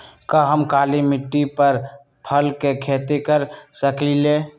का हम काली मिट्टी पर फल के खेती कर सकिले?